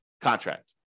contract